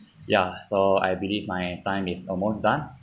ya so I believe my time it's almost done